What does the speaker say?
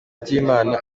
byimana